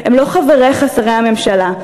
הם לא חבריך שרי הממשלה,